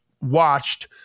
watched